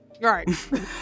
Right